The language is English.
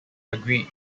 agreed